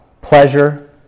pleasure